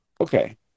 okay